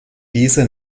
diese